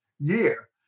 year